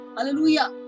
Hallelujah